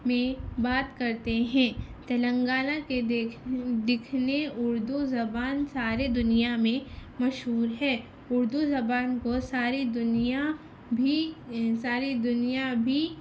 میں بات کرتے ہیں تلنگانہ کے دکھنے اردو زبان سارے دنیا میں مشہور ہے اردو زبان کو ساری دنیا بھی ساری دنیا بھی